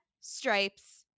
Stripes